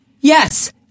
Yes